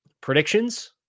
predictions